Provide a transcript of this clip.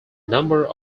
number